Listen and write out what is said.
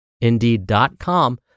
indeed.com